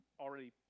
already